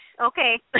Okay